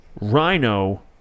Rhino